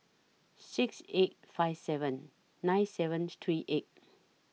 six eight five seven nine seven three eight